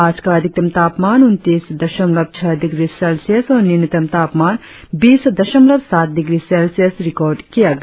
आज का अधिकतम तापमान उनतीस दशमलव छह डिग्री सेल्सियस और न्यूनतम तापमान बीस दशमलव सात डिग्री सेल्सियस रिकार्ड किया गया